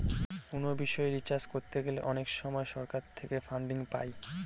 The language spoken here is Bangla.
কোনো বিষয় রিসার্চ করতে গেলে অনেক সময় সরকার থেকে ফান্ডিং পাই